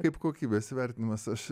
kaip kokybės įvertinimas aš